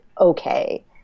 okay